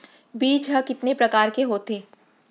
बीज ह कितने प्रकार के होथे?